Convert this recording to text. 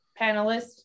panelists